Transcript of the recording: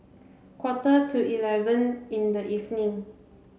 quarter to eleven in the evening